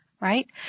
right